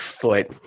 foot